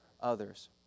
others